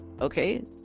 okay